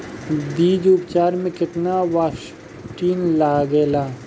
बीज उपचार में केतना बावस्टीन लागेला?